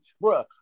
bro